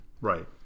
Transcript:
Right